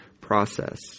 process